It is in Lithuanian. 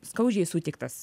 skaudžiai sutiktas